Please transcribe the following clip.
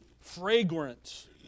fragrance